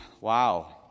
wow